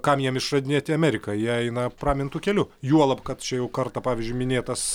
kam jiem išradinėti ameriką jie eina pramintu keliu juolab kad čia jau kartą pavyzdžiui minėtas